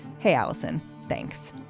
hey, allison, thanks.